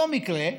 אותו מקרה,